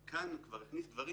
כאן הוא כבר הכניס דברים